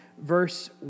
Verse